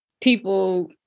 people